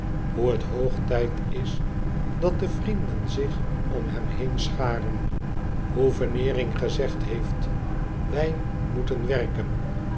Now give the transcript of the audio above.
hoe het hoog tijd is dat de vrienden zich om hem heen scharen hoe veneering gezegd heeft twij moeten werken